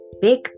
Big